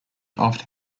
after